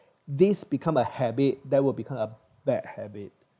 this become a habit that would become a bad habit